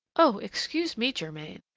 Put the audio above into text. oh! excuse me, germain.